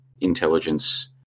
intelligence